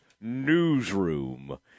newsroom